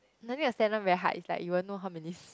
maybe the standard very high is like even though how many